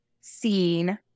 seen